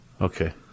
Okay